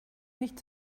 nicht